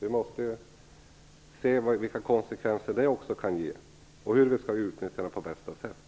Vi måste se vilka konsekvenser det kan få och hur vi skall utnyttja det på bästa sätt.